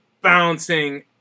bouncing